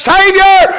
Savior